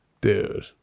Dude